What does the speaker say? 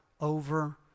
over